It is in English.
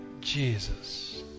Jesus